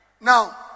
Now